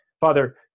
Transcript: Father